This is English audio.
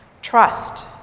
trust